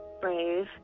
brave